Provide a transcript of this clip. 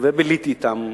וביליתי אתם,